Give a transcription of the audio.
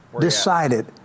decided